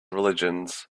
religions